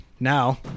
Now